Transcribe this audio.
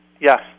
Yes